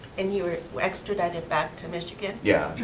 and you were extradited back to michigan? yeah.